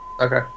Okay